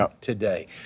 today